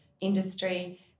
Industry